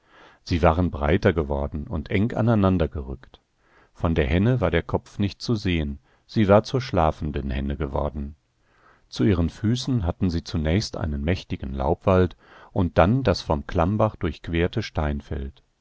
sie waren breiter geworden und eng aneinander gerückt von der henne war der kopf nicht zu sehen sie war zur schlafenden henne geworden zu ihren füßen hatten sie zunächst einen mächtigen laubwald und dann das vom klammbach durchquerte